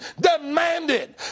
demanded